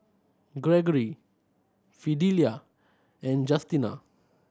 Gregory Fidelia and Justina